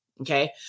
Okay